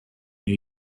new